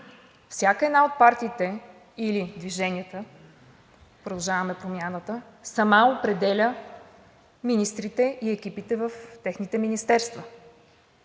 всяка една от партиите или движенията „Продължаваме Промяната“ сама определя министрите и екипите в техните министерства.